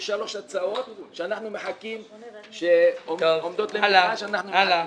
יש שלוש הצעות שעומדות למגרש, אנחנו מחכים.